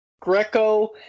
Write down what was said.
Greco